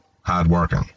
Hard-working